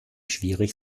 schwierig